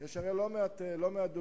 הרי יש לא מעט דוגמאות,